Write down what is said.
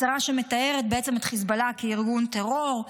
הצהרה שמתארת בעצם את חיזבאללה כארגון טרור,